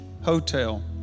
hotel